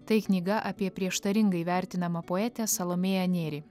tai knyga apie prieštaringai vertinamą poetę salomėją nėrį